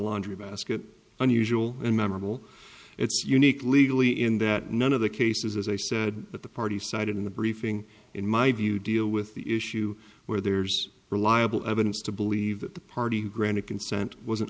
laundry basket unusual and memorable it's unique legally in that none of the cases as i said that the parties cited in the briefing in my view deal with the issue where there's reliable evidence to believe that the party granted consent was an